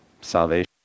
salvation